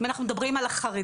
אם אנחנו מדברים על החרדים,